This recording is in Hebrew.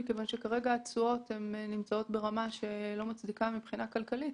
כיוון שכרגע התשואות נמצאות ברמה שלא מצדיקה מבחינה כלכלית.